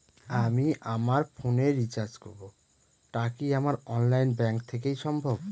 আমি আমার ফোন এ রিচার্জ করব টা কি আমার অনলাইন ব্যাংক থেকেই সম্ভব?